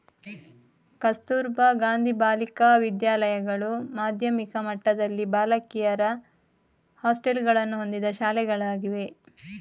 ಕಸ್ತೂರಬಾ ಗಾಂಧಿ ಬಾಲಿಕಾ ವಿದ್ಯಾಲಯಗಳು ಮಾಧ್ಯಮಿಕ ಮಟ್ಟದಲ್ಲಿ ಬಾಲಕಿಯರ ಹಾಸ್ಟೆಲುಗಳನ್ನು ಹೊಂದಿದ ಶಾಲೆಗಳಾಗಿವೆ